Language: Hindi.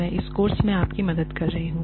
मैं इस कोर्स में आपकी मदद कर रहा हूं